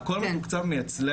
הכל מתוקצב מאצלנו.